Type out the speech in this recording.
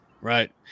right